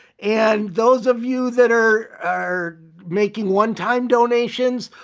and those of you that are are making one time donations,